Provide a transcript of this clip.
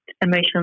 emotional